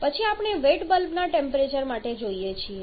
પછી આપણે વેટ બલ્બના ટેમ્પરેચર માટે જોઈએ છીએ